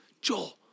Joel